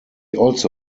also